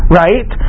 right